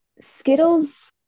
Skittles